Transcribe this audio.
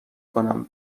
کنم